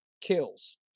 kills